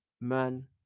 man